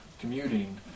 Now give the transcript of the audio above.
commuting